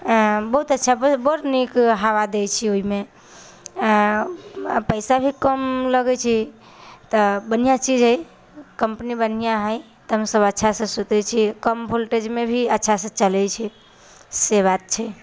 ऐं बहुत अच्छा बहुत नीक हवा दै छै ओहिमे ऐं आओर पैसा भी कम लागै छै तऽ बढ़िआँ चीज अछि कम्पनी बढ़िआँ हइ तऽ हम सभ अच्छासँ सुतै छियै कम वोल्टेजमे भी अच्छासँ चलै छै से बात छै